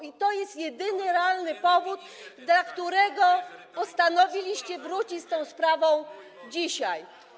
I to jest jedyny, realny powód, dla którego postanowiliście wrócić z tą sprawą dzisiaj.